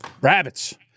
rabbits